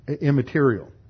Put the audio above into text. immaterial